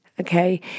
okay